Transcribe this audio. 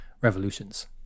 revolutions